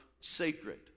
sacred